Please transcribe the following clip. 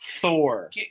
Thor